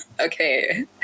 Okay